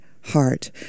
heart